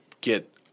get